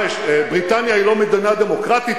מה יש, בריטניה היא לא מדינה דמוקרטית?